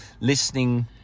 listening